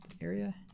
area